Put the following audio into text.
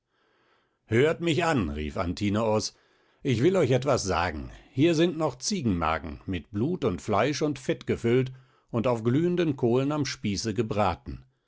hört mich an rief antinoos ich will euch etwas sagen hier sind noch ziegenmagen mit blut und fleisch und fett gefüllt und auf glühenden kohlen am spieße gebraten